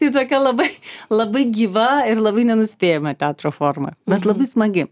ji tokia labai labai gyva ir labai nenuspėjama teatro forma bet labai smagi